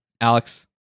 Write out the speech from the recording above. Alex